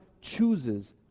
chooses